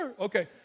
Okay